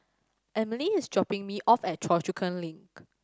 Amelie is dropping me off at Choa Chu Kang Link